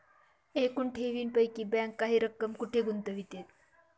एकूण ठेवींपैकी बँक काही रक्कम कुठे गुंतविते?